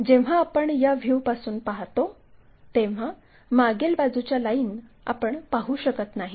जेव्हा आपण या व्ह्यूपासून पहातो तेव्हा मागील बाजूच्या लाईन आपण पाहू शकत नाही